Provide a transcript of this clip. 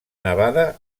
nevada